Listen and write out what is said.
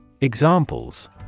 Examples